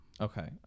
Okay